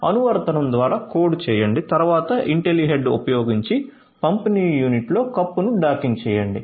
అనువర్తనం ద్వారా కోడ్ చేయండి మరియు ఇంటెల్లి హెడ్ ఉపయోగించి పంపిణీ యూనిట్లో కప్పును డాకింగ్ చేయండి